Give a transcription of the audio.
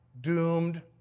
doomed